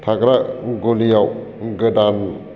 थाग्रा गलियाव गोदान